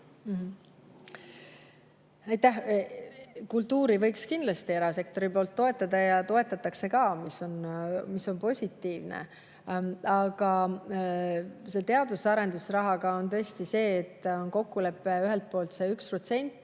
Kultuuri võiks kindlasti erasektori poolt toetada ja toetatakse ka, mis on positiivne. Aga teadus‑ ja arendusrahaga on tõesti see, et on kokkulepe, ühelt poolt see 1%